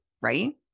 right